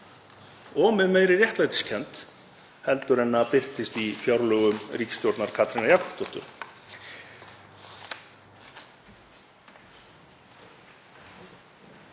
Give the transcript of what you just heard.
og með meiri réttlætiskennd en birtist í fjárlögum ríkisstjórnar Katrínar Jakobsdóttur.